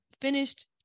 finished